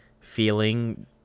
feeling